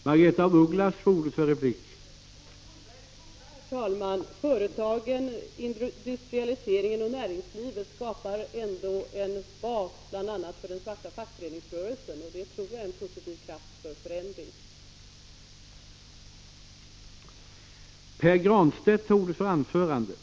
Herr talman! Oavsett om de är onda eller goda skapar företag, liksom industrialisering och näringsliv i stort, ändå en bas för bl.a. den svarta fackföreningsrörelsen. Det tror jag är en positiv kraft för en förändring.